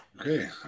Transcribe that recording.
Okay